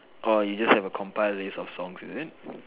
orh you just have a compile list of song is it